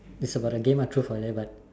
it's about the game ah truth or dare but